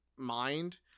mind